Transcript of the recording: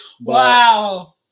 Wow